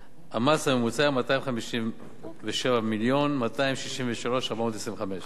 המס הממוצע היה 257 מיליון ו-263,425 שקלים.